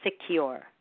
secure